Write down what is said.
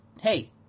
Hey